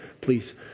please